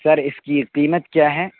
سر اس کی قیمت کیا ہے